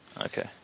Okay